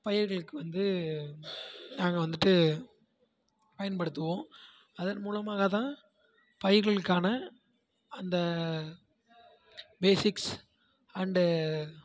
பயிர்களுக்கு வந்து நாங்கள் வந்துட்டு பயன்படுத்துவோம் அதன் மூலமாகதான் பயிர்களுக்கான அந்த பேஸிக்ஸ் அண்ட்